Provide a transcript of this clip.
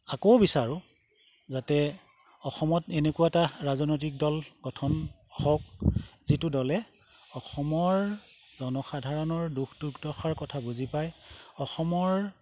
আকৌ বিচাৰোঁ যাতে অসমত এনেকুৱা এটা ৰাজনৈতিক দল গঠন হওক যিটো দলে অসমৰ জনসাধাৰণৰ দুখ দুখ দশাৰ কথা বুজি পায় অসমৰ